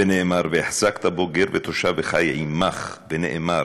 ונאמר 'והחזקת בו גר ותושב וחי עמך' ונאמר